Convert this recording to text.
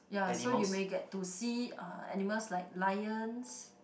ya so you may get to see uh animals like lions